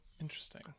Interesting